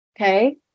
Okay